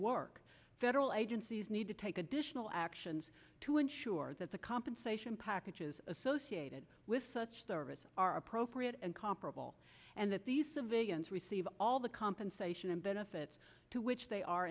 work federal agencies need to take additional actions to ensure that the compensation packages associated with such services are appropriate and comparable and that these civilians receive all the compensation and benefits to which they are